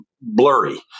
blurry